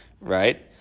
right